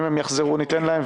אם הם יחזרו, ניתן להם.